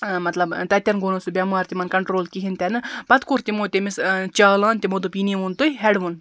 مَطلَبن تتیٚن گوٚو نہٕ سُہ بیٚمار تِمَن کَنٹرول کِہیٖنٛۍ تہِ نہٕ پَتہٕ کوٚر تِمو تٔمِس چالان تِمو دوٚپ یہِ نیٖہوُن تُہۍ ہیٚڈوُن